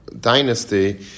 dynasty